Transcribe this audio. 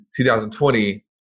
2020